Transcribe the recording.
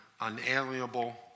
unalienable